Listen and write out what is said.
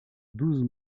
douze